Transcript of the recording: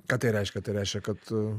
ką tai reiškia tai reiškia kad